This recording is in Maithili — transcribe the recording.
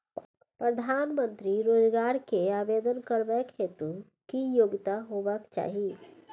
प्रधानमंत्री रोजगार के आवेदन करबैक हेतु की योग्यता होबाक चाही?